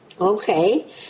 Okay